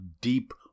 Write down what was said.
deep